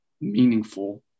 meaningful